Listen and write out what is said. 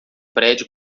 prédio